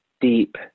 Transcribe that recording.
deep